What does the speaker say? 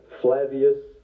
Flavius